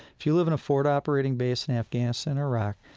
if you live in a forward operating base in afghanistan or iraq,